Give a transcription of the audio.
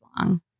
long